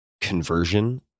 conversion